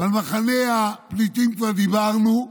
על מחנה הפליטים כבר דיברנו,